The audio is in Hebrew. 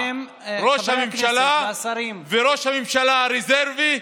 ראש הממשלה וראש הממשלה הרזרבי,